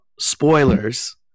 spoilers